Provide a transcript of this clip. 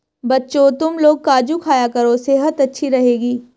बच्चों, तुमलोग काजू खाया करो सेहत अच्छी रहेगी